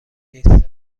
نیست